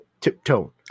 Tiptoe